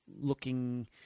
looking